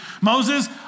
Moses